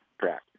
Correct